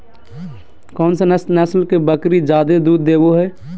कौन सा नस्ल के बकरी जादे दूध देबो हइ?